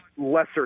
lesser